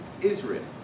Israel